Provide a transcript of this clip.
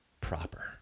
proper